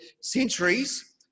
centuries